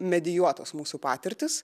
medijuotos mūsų patirtys